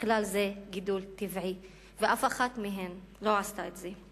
בכלל זה גידול טבעי, ואף אחת מהן לא עשתה את זה.